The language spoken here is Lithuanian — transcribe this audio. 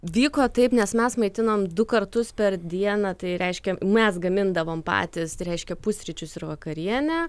vyko taip nes mes maitinom du kartus per dieną tai reiškia mes gamindavom patys reiškia pusryčius ir vakarienę